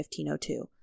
1502